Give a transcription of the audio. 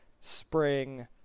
spring